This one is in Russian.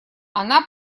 она